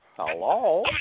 Hello